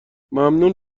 ممنون